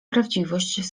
prawdziwość